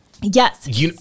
Yes